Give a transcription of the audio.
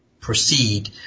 proceed